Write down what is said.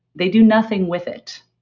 they do nothing with it.